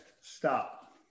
stop